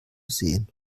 sehen